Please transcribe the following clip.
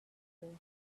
before